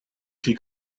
she